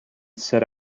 set